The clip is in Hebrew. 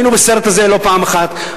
היינו בסרט הזה לא פעם אחת.